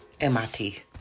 MIT